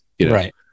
Right